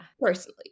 personally